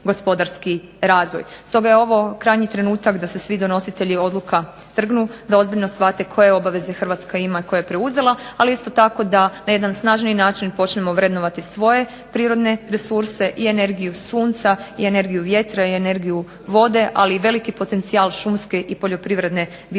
Stoga je ovo krajnji trenutak da se svi donositelji odluka trgnu, da ozbiljno shvate koje obaveze Hrvatska ima koje je preuzela, ali isto tako da na jedan snažniji način počnemo vrednovati svoje prirodne resurse i energiju sunca i energiju vjetra i energiju vode, ali i veliki potencijal šumske i poljoprivredne biomase